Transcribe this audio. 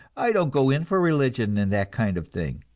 i don't go in for religion and that kind of thing.